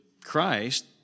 Christ